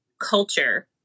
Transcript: culture